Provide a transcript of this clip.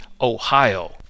Ohio